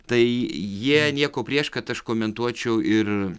taai jie nieko prieš kad aš komentuočiau ir